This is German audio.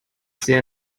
sehr